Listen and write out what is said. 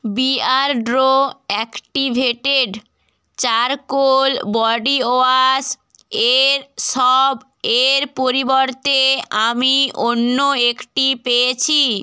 Beardo activated charcoal body wash এর শব এর পরিবর্তে আমি অন্য একটি পেয়েছি